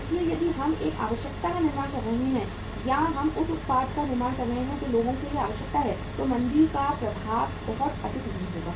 इसलिए यदि हम एक आवश्यकता का निर्माण कर रहे हैं या हम उस उत्पाद का निर्माण कर रहे हैं जो लोगों के लिए एक आवश्यकता है तो मंदी का प्रभाव बहुत अधिक नहीं होगा